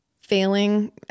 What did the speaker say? failing